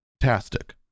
fantastic